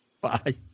Bye